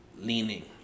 leaning